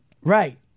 Right